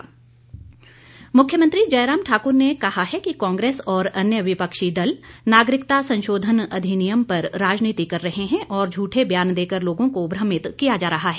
मुख्यमंत्री मुख्यमंत्री जयराम ठाकुर ने कहा है कि कांग्रेस और अन्य विपक्षी दल नागरिकता संशोधन अधिनियम पर राजनीति कर रहे हैं और झूठे बयान देकर लोगों को भ्रमित किया जा रहा है